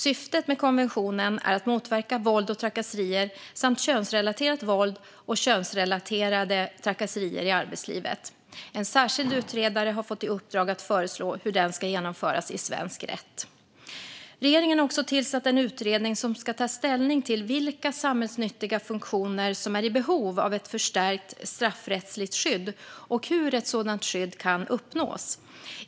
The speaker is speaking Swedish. Syftet med konventionen är att motverka våld och trakasserier samt könsrelaterat våld och könsrelaterade trakasserier i arbetslivet. En särskild utredare har fått i uppdrag att föreslå hur den ska genomföras i svensk rätt. Regeringen har också tillsatt en utredning som ska ta ställning till vilka samhällsnyttiga funktioner som är i behov av ett förstärkt straffrättsligt skydd och hur ett sådant skydd kan uppnås.